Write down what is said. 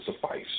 suffice